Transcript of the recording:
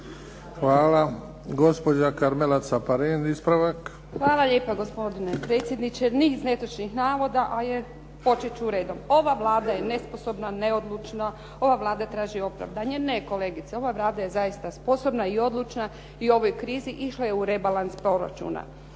**Caparin, Karmela (HDZ)** Hvala lijepa gospodine predsjedniče, niz netočnih navoda, početi ću redom. Ova Vlada je nesposobna, neodlučna, ova Vlada traži opravdanje, ne kolegice, ova Vlada je zaista sposobna i odlučna i u ovoj krizi išla je u rebalans proračuna.